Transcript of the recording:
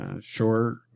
Sure